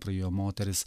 praėjo moteris